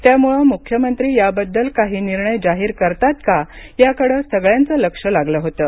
त्यामुळे मुख्यमंत्री याबद्दल काही निर्णय जाहीर करतात का याकडे सगळयांचं लक्ष लागलं होतं